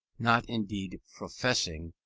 not indeed professing,